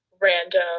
random